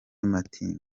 matimba